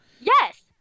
Yes